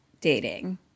dating